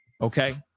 okay